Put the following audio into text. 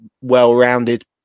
well-rounded